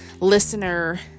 listener